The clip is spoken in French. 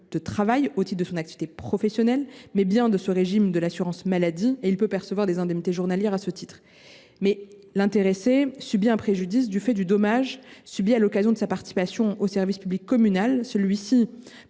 de travail au titre de son activité professionnelle, mais bien du régime de l’assurance maladie. Il peut percevoir des indemnités journalières à ce titre. Si l’intéressé subit un préjudice du fait du dommage subi à l’occasion de sa participation au service public communal, celui ci